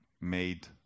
made